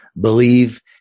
believe